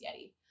Yeti